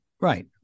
right